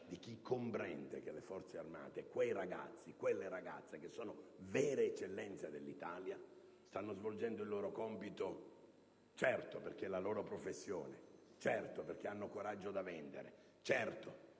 di chi comprende che le Forze armate, quei ragazzi e quelle ragazze che sono vere eccellenze dell'Italia, stanno svolgendo il loro compito: sicuramente perché è la loro professione, certamente perché hanno coraggio da vendere e